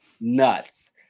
nuts